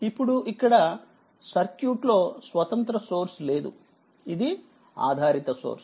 ఇప్పుడు ఇక్కడసర్క్యూట్ లో స్వతంత్ర సోర్స్ లేదుఇదిఆధారిత సోర్స్